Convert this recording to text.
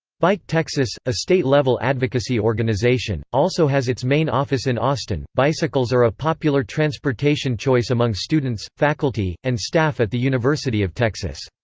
bike texas, a state-level advocacy organization, also has its main office in austin bicycles are a popular transportation choice among students, faculty, and staff at the university of texas.